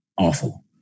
awful